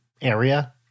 area